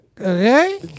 Okay